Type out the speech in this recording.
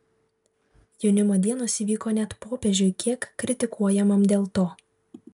jaunimo dienos įvyko net popiežiui kiek kritikuojamam dėl to